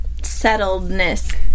settledness